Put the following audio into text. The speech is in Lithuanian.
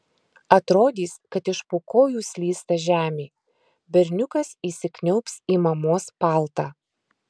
atrodys kad iš po kojų slysta žemė berniukas įsikniaubs į mamos paltą